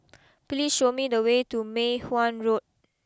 please show me the way to Mei Hwan Road